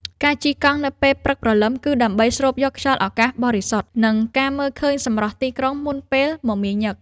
ការជិះកង់នៅពេលព្រឹកព្រលឹម គឺដើម្បីស្រូបយកខ្យល់អាកាសបរិសុទ្ធ និងការមើលឃើញសម្រស់ទីក្រុងមុនពេលមមាញឹក។